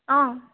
অঁ